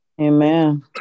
Amen